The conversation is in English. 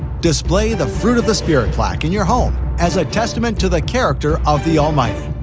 display the fruit of the spirit plaque in your home as a testament to the character of the almighty,